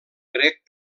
grec